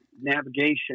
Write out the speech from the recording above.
navigation